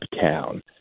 Town